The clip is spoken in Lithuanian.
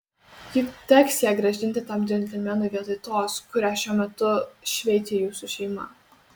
juk teks ją grąžinti tam džentelmenui vietoj tos kurią šiuo metu šveičia jūsų šeima